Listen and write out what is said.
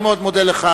אני מאוד מודה לך,